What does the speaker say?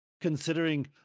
considering